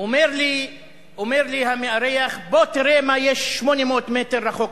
אומר לי המארח: בוא תראה מה יש 800 מטר מכאן.